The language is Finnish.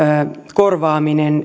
korvaaminen